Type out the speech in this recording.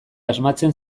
asmatzen